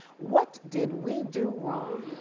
what did we do wrong?